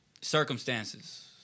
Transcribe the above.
circumstances